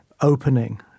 opening